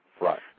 Right